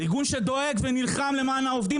מארגון שדואג ונלחם למען העובדים,